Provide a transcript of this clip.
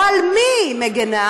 או על מי היא מגינה.